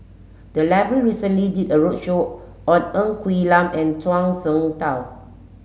the library recently did a roadshow on Ng Quee Lam and Zhuang Shengtao